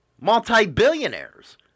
multi-billionaires